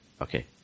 Okay